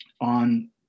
on